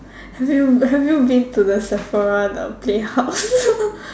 have you have you been to the Sephora the playhouse